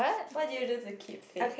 what do you do to keep fit